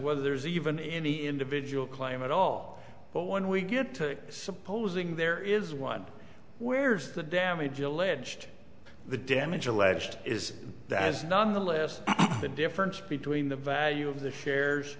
whether there's even any individual claim at all but when we get to supposing there is one where is the damage alleged the damage alleged is that as nonetheless the difference between the value of the shares